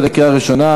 2014, לקריאה ראשונה.